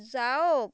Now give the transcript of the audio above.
যাওক